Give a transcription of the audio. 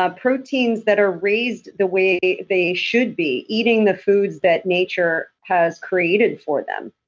ah proteins that are raised the way they should be. eating the foods that nature has created for them.